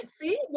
see